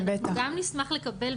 גם נשמח לקבל,